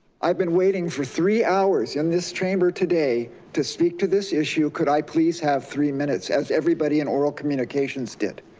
i've been waiting for three hours in this chamber today to speak to this issue. could i please have three minutes as everybody in oral communications did?